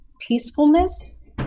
peacefulness